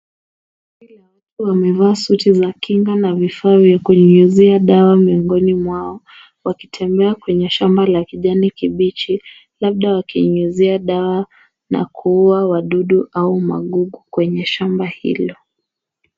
Kundi la watu wamevaa suti za kinga na vifaa vya kunyunyuzia dawa miongoni mwao, wakitembea kwenye shamba la kijani kibichi, labda wakinyunyuzia dawa na kuua wadudu au magugu kwenye shamba hilo.